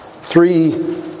three